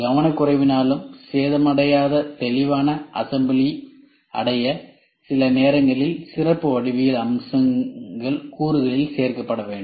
கவனக்குறைவினாலும் சேதம் அடையாத தெளிவான அசம்பிளி அடைய சில நேரங்களில் சிறப்பு வடிவியல் அம்சங்கள் கூறுகளில் சேர்க்கப்பட வேண்டும்